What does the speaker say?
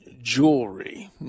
jewelry